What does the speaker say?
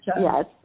Yes